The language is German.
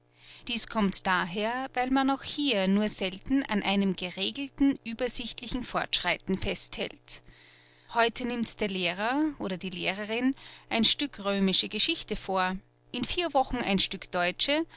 dies kommt daher weil man auch hier nur selten an einem geregelten übersichtlichen fortschreiten festhält heute nimmt der lehrer oder die lehrerin ein stück römische geschichte vor in vier wochen ein stück deutsche